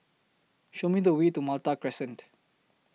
Show Me The Way to Malta Crescent